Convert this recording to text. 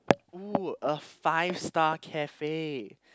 !oo! a five star cafe